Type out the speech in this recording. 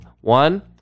One